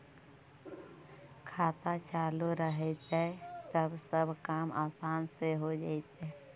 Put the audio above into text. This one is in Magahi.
खाता चालु रहतैय तब सब काम आसान से हो जैतैय?